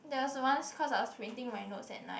there was once cause I was printing my notes at night